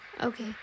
Okay